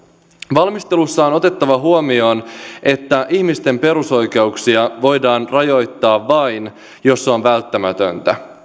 valmistelussa on on otettava huomioon että ihmisten perusoikeuksia voidaan rajoittaa vain jos se on välttämätöntä